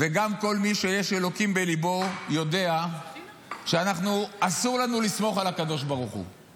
וגם כל מי שיש אלוקים בליבו יודע שאסור לנו לסמוך על הקדוש ברוך הוא.